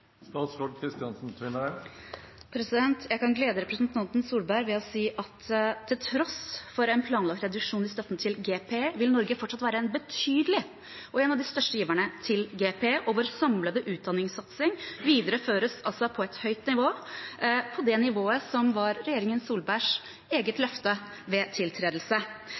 Jeg kan glede representanten Solberg ved å si at til tross for en planlagt reduksjon i støtten til GPE vil Norge fortsatt være en betydelig giver, en av de største giverne, til GPE. Vår samlede utdanningssatsing videreføres på et høyt nivå, på det nivået som var regjeringen Solbergs eget løfte ved tiltredelse.